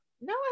No